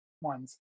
ones